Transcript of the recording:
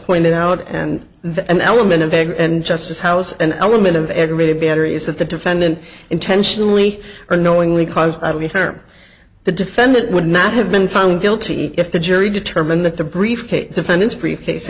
pointed out and that an element of anger and justice house an element of aggravated battery is that the defendant intentionally or knowingly cause i believe her the defendant would not have been found guilty if the jury determined that the briefcase defendant's briefcase